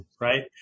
right